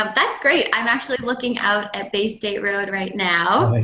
um that's great. i'm actually looking out at bay state road right now.